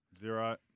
Zero